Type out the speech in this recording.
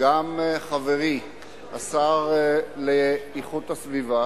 גם חברי השר לאיכות הסביבה